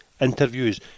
interviews